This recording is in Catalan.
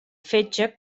fetge